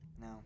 No